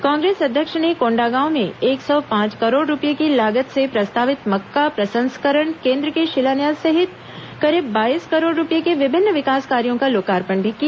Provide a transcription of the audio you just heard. कांग्रेस अध्यक्ष ने कोंडागांव में एक सौ पांच करोड़ रूपये की लागत से प्रस्तावित मक्का प्रसंस्करण केंद्र के शिलान्यास सहित करीब बाईस करोड़ रूपये के विभिन्न विकास कार्यों का लोकार्पण भी किया